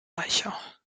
reicher